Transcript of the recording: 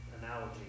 analogy